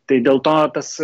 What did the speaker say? tai dėl to tas